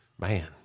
Man